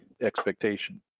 expectation